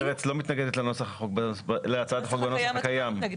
הגברת פרץ לא מתנגדת להצעת החוק בנוסח הקיים?